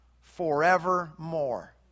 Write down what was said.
forevermore